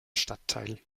stadtteil